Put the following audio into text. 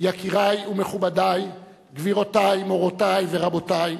יקירי ומכובדי, גבירותי, מורותי ורבותי,